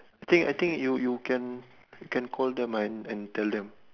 I think I think you you can call them and and tell them